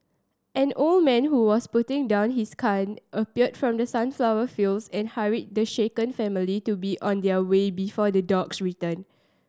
an old man who was putting down his gun appeared from the sunflower fields and hurried the shaken family to be on their way before the dogs return